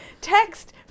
Text